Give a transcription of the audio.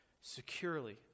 securely